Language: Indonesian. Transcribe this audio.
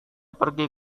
pergi